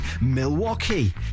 Milwaukee